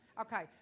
Okay